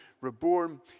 reborn